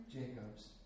Jacobs